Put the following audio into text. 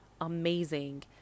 amazing